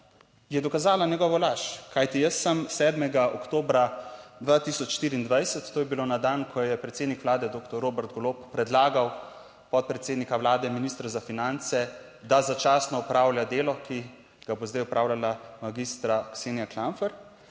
je dokazala njegovo laž, kajti jaz sem 7. oktobra 2024, to je bilo na dan, ko je predsednik vlade doktor Robert Golob predlagal podpredsednika Vlade, ministra za finance, da začasno opravlja delo, ki ga bo zdaj opravljala magistra Ksenija Klampfer,